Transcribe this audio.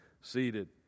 seated